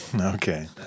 Okay